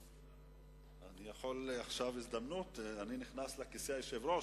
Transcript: אני יושב עכשיו על כיסא היושב-ראש,